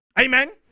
Amen